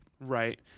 Right